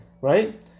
Right